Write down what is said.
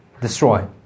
destroy